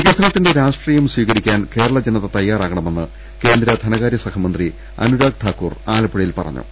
വികസനത്തിന്റെ രാഷ്ട്രീയം സ്വീകരിക്കാൻ കേരള ജനത തയാറാകണമെന്ന് കേന്ദ്രധനകാര്യ സഹമന്ത്രി അനുരാഗ് ഠാക്കൂർ ആലപ്പുഴയിൽ പറഞ്ഞു